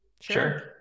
Sure